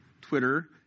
Twitter